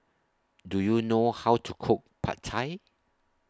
Do YOU know How to Cook Pad Thai